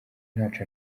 ntaco